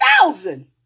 thousand